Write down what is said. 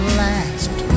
last